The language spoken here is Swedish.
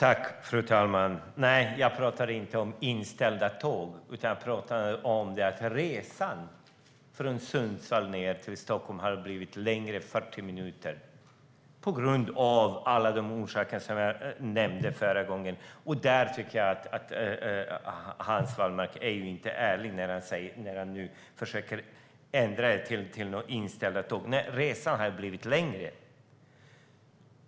Fru talman! Nej, jag pratar inte om inställda tåg, utan jag pratar om att resan från Sundsvall ned till Stockholm har blivit längre, 40 minuter, på grund av allt det som jag nämnde förra gången. Jag tycker inte att Hans Wallmark är ärlig när han nu försöker ändra det till att handla om inställda tåg. Nej, resan har blivit längre.